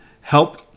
help